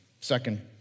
Second